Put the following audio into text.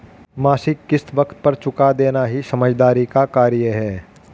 मासिक किश्त वक़्त पर चूका देना ही समझदारी का कार्य है